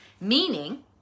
Meaning